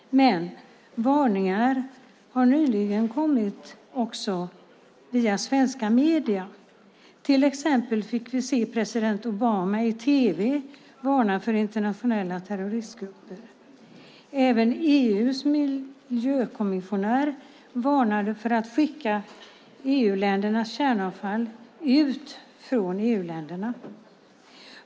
Varningar har även börjat komma via svenska medier. Till exempel fick vi se president Obama i tv varna för internationella terroristgrupper. Även EU:s miljökommissionär varnade för att skicka EU-ländernas kärnavfall ut från EU-länderna.